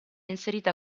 inserita